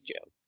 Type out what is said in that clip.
joke